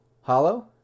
Hollow